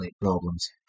problems